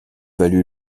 valu